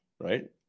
right